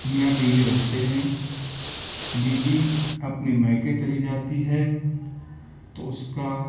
میاں بیوی رہتے ہیں بیوی اپنے میکے چلی جاتی ہے تو اس کا